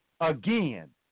again